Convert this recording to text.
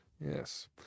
Yes